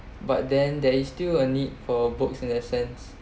but then there is still a need for books in that sense